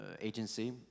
agency